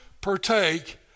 partake